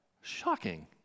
Shocking